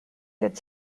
good